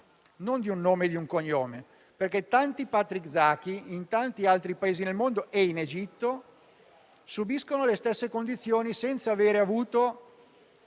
non di un nome e di un cognome. Tanti Patrick Zaki, infatti, in tanti altri Paesi, nel mondo e in Egitto, subiscono le stesse condizioni senza avere avuto